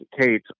Kate